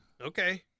Okay